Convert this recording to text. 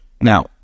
Now